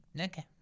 okay